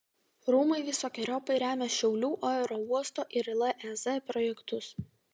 rūmai visokeriopai remia šiaulių aerouosto ir lez projektus